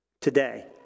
today